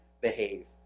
behave